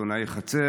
ועיתונאי חצר.